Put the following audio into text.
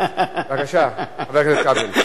בבקשה, חבר הכנסת כבל.